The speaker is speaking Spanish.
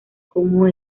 como